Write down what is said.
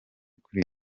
kuri